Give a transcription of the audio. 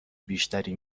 بیشتری